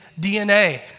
DNA